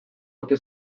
ote